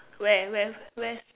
where where where